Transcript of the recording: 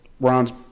Ron's